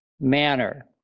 manner